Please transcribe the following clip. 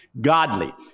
Godly